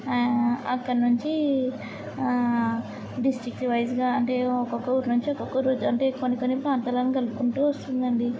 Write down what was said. అక్కడ నుంచీ డిస్ట్రిక్ట్స్ వైస్గా అంటే ఒక్కొక్క ఊరు నుంచి ఒక్కొక్క రోజు అంటే కొన్ని కొన్ని ప్రాంతాలను కలుపుకుంటూ వస్తుంది అండి